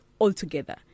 altogether